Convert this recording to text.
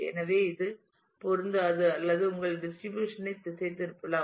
எனவே இது பொருந்தாது அல்லது உங்கள் டிஸ்ட்ரிபியூஷன் ஐ திசைதிருப்பலாம்